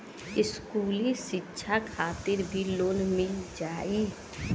इस्कुली शिक्षा खातिर भी लोन मिल जाई?